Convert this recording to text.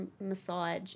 massage